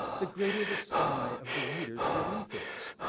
the greater the sigh of the reader's relief is.